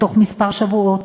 בתוך כמה שבועות,